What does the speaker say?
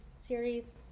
series